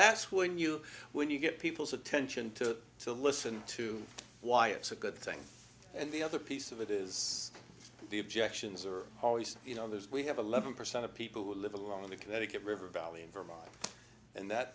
that's when you when you get people's attention to to listen to why it's a good thing and the other piece of it is the objections are always you know there's we have eleven percent of people who live along the connecticut river valley in vermont and that